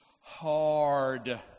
hard